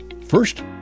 First